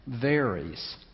varies